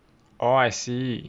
oh I see